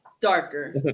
Darker